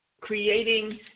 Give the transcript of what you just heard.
creating